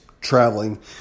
traveling